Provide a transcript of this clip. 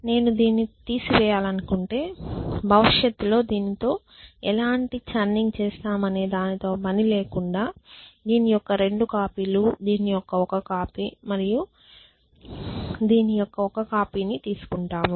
నేను దీన్ని తీసివేయాలనుకుంటే భవిష్యత్తులో దీనితో ఎలాంటి చర్ణింగ్ చేస్తామనేదానితో పని లేకుండా దీని యొక్క 2 కాపీలు దీని యొక్క ఒక కాపీ మరియు దీని యొక్క ఒక కాపీని తీసుకుంటాము